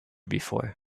before